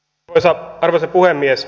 arvoisa puhemies